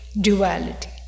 duality